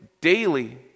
daily